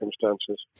circumstances